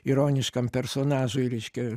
ironiškam personažui reiškia